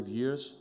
years